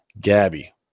gabby